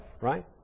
right